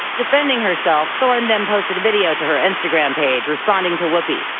defending herself, thorne then posted a video to her instagram page, responding to whoopi.